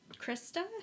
Krista